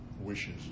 wishes